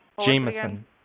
Jameson